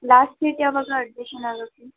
last date ಯಾವಾಗ admission ಆಗೋಕ್ಕೆ